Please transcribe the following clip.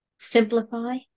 simplify